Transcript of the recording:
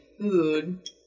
food